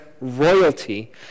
royalty